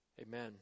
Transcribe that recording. Amen